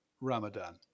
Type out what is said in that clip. Ramadan